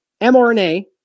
mRNA